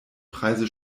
preise